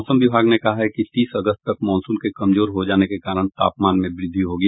मौसम विभाग ने कहा है कि तीस अगस्त तक मॉनसून के कमजोर हो जाने के कारण तापमान में वृद्धि होगी